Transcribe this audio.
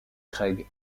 craig